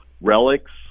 relics